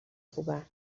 خوبن